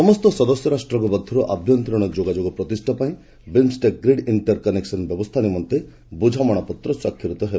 ସମସ୍ତ ସଦସ୍ୟ ରାଷ୍ଟ୍ରଙ୍କ ମଧ୍ୟରୁ ଆଭ୍ୟନ୍ତରୀଣ ଯୋଗାଯୋଗ ପ୍ରତିଷା ପାଇଁ ବିମ୍ଷ୍ଟେକ୍ ଗ୍ରୀଡ଼୍ ଇଷ୍ଟର କନେକ୍ସନ୍ ବ୍ୟବସ୍ଥା ନିମନ୍ତେ ବୁଝାମଣାପତ୍ର ସ୍ୱାକ୍ଷରିତ ହେବ